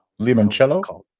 limoncello